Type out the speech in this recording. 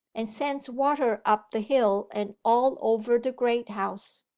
and sends water up the hill and all over the great house.